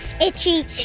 itchy